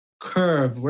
curve